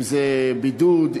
אם בידוד,